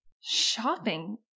Shopping